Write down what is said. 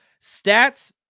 stats